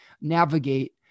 navigate